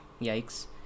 yikes